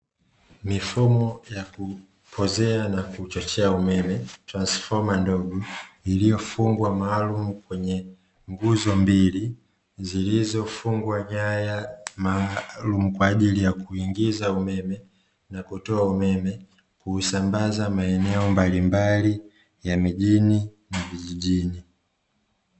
Mifumo ya kupozea na kuchochea umeme transfoma ndogo iliyofungwa maalumu kwenye nguzo mbili zilizofungwa nyaya maalumu, kwa ajili ya kuingiza umeme na kutoa umeme kuusambaza maeneo mbalimbali ya mijini na vijijini.